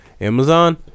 Amazon